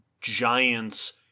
giants